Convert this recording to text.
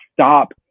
stop